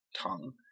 tongue